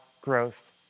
growth